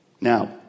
Now